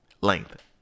length